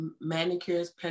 manicures